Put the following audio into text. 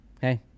hey